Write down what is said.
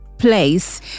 place